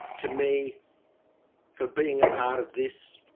to me for being a part of this